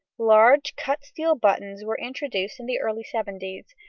large cut-steel buttons were introduced in the early seventies,